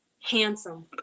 handsome-